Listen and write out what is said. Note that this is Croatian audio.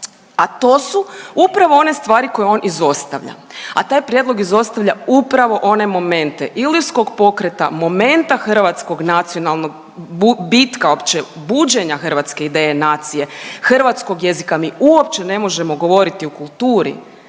a to su upravo one stvari koje on izostavlja. A taj prijedlog izostavlja upravo one momente Ilirskog pokreta, momenta hrvatskog nacionalnog bitka uopće, buđenja hrvatske ideje nacije, hrvatskog jezika mi uopće ne možemo govoriti o kulturi